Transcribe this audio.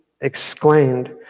exclaimed